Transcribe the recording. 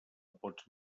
pots